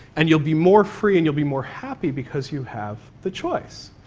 and you'll be more free and you'll be more happy because you have the choice.